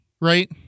right